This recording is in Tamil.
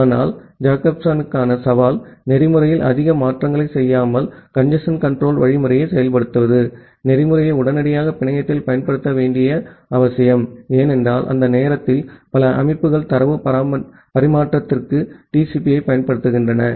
ஆனால் ஜேக்கப்சனுக்கான சவால் புரோட்டோகால்யில் அதிக மாற்றங்களைச் செய்யாமல் கஞ்சேஸ்ன் கன்ட்ரோல் புரோட்டோகால்யை செயல்படுத்துவது புரோட்டோகால்யை உடனடியாக பிணையத்தில் பயன்படுத்த வேண்டியது அவசியம் ஏனென்றால் அந்த நேரத்தில் பல அமைப்புகள் தரவு பரிமாற்றத்திற்கு TCP ஐப் பயன்படுத்துகின்றன